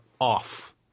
off